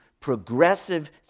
progressive